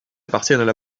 appartiennent